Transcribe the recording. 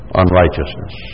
unrighteousness